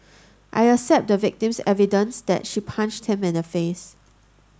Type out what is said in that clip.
I accept the victim's evidence that she punched him in the face